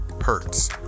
Hertz